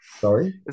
Sorry